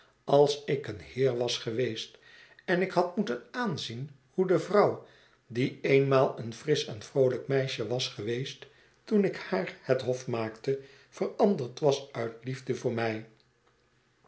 als ik een heer was geweest en ik had moeten aanzien hoe de vrouw die eenmaal een frisch en vroolijk meisje was geweest toen ik haar het hof maakte veranderd was uit liefde voor mij